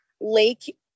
lake